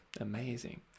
Amazing